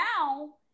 now